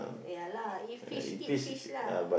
ya lah if fish eat fish lah